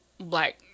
black